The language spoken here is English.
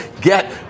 get